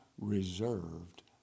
reserved